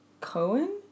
Cohen